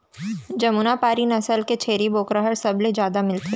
जमुना पारी नसल के छेरी बोकरा ह सबले जादा मिलथे